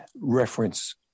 reference